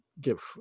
give